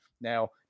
Now